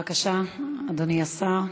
בבקשה, אדוני השר.